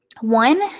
One